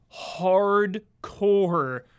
hardcore